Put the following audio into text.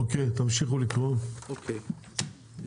אוקיי,